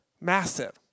massive